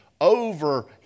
over